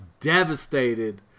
devastated